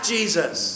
Jesus